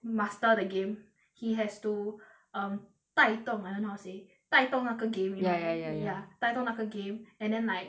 master the game he has to um 带动 I don't know how to say 带动那个 game you know ya ya ya ya 带动那个 game and then like